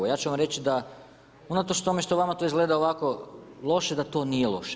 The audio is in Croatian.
Ja ću vam reći da unatoč tome što vama to izgleda ovako loše, da to nije loše.